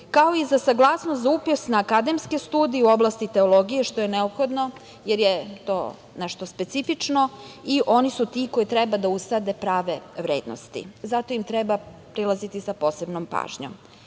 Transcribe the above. kao i za saglasnost za upis na akademske studije u oblasti teologije, što je neophodno jer je to nešto specifično i oni su ti koji treba da usade prave vrednosti. Zato im treba prilaziti sa posebnom pažnjom. Nacrt